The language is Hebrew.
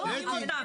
שומעים אותם,